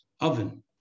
oven